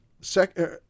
second